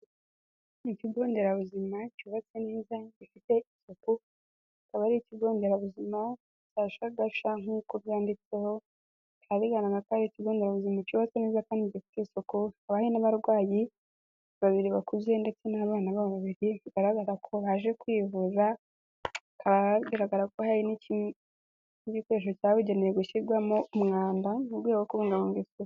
Ikigo nderabuzima cyubatse neza gifite isuku, akaba ari Ikigo nderabuzima cya Shagasha nk'uko byanditseho, bikaba bigaragara ko ari ikigonderabuzima cyubatswe neza kandi gifite isuku, hakaba hari n'abarwayi babiri bakuze ndetse n'abana babo babiri, bigaragaza ko baje kwivuza, hakaba hagaragara ko hari n'igikoresho cyabugenewe gushyirwamo umwanda, mu rwego rwo kubungabunga isuku.